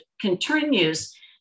continues